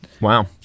Wow